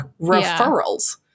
referrals